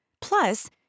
Plus